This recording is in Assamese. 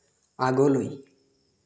আগলৈ